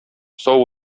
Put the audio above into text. сау